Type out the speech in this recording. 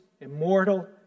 immortal